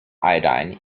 iodide